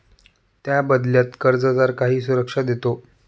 त्या बदल्यात कर्जदार काही सुरक्षा देतो